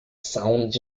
sounds